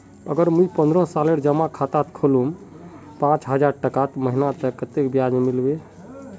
अगर मुई पन्द्रोह सालेर जमा खाता खोलूम पाँच हजारटका महीना ते कतेक ब्याज मिलबे?